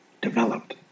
Developed